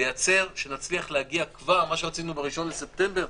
שנצליח להגיע למה שרצינו ב-1 בספטמבר,